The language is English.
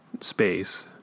space